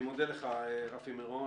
אני מודה לך, רפי מירון.